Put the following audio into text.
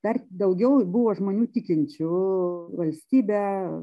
dar daugiau buvo žmonių tikinčių valstybe